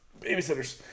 Babysitters